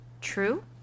True